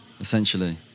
essentially